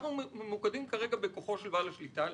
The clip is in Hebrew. אבל אנחנו ממוקדים כרגע בכוחו של בעל השליטה.